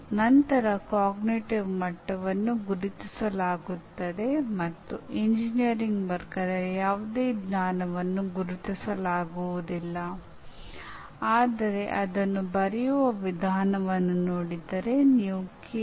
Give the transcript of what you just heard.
ನಾವು ಮಾಹಿತಿ ರವಾನೆಯ ಮೇಲೆ ಹೆಚ್ಚು ಗಮನ ಹರಿಸುತ್ತೇವೆ ಮತ್ತು ಕಲಿಯುವವರ ತೊಡಗುವಿಕೆಯನ್ನು ಅವರ ಆಯ್ಕೆಯ ಮೇಲೆ ಬಿಡುತ್ತೇವೆ ಅಥವಾ ಅದನ್ನು ಅವರೇ ಮಾಡಬೇಕೆಂದು ನಿರೀಕ್ಷಿಸುತ್ತೇವೆ